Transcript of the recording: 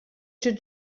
ket